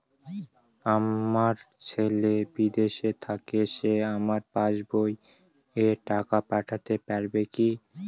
আমার ছেলে বিদেশে থাকে সে আমার পাসবই এ টাকা পাঠাতে পারবে কি?